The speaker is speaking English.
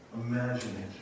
Imagine